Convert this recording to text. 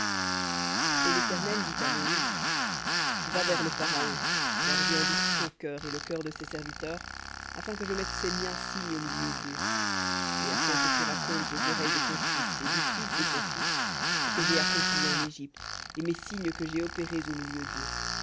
et l'éternel dit à moïse va vers le pharaon car j'ai endurci son cœur et le cœur de ses serviteurs afin que je mette ces miens signes au milieu deux et afin que tu racontes aux oreilles de ton fils et du fils de ton fils ce que j'ai accompli en égypte et mes signes que j'ai opérés au milieu d'eux